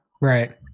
Right